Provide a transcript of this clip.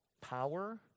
power